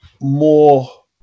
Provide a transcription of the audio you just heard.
more